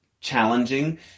challenging